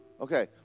Okay